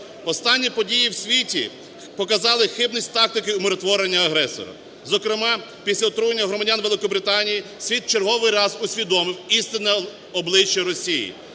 Останні події в світі показали хибність тактики умиротворення агресора. Зокрема, після отруєння громадян Великобританії, світ в черговий раз усвідомив істинне обличчя Росії.